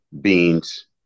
beans